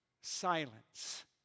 silence